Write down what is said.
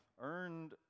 earned